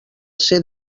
ser